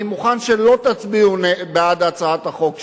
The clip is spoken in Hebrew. אני מוכן שלא תצביעו בעד הצעת החוק שלי,